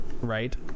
right